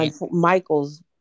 Michael's